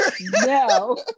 No